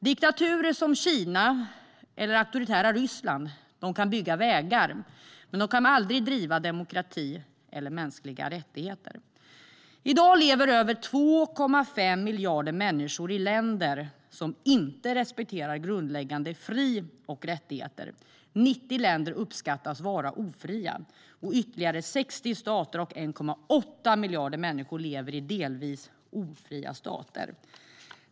Diktaturer som Kina eller det auktoritära Ryssland kan bygga vägar, men de kommer aldrig att driva demokrati och mänskliga rättigheter. I dag lever över 2,5 miljarder människor i länder som inte respekterar grundläggande fri och rättigheter. 90 länder uppskattas vara ofria. Ytterligare 1,8 miljarder människor lever i 60 delvis ofria stater.